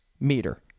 meter